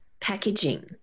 Packaging